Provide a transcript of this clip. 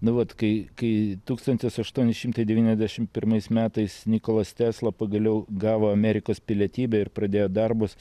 nu vat kai kai tūkstantis aštuoni šimtai devyniasdešim pirmais metais nikolas tesla pagaliau gavo amerikos pilietybę ir pradėjo darbus